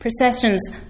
Processions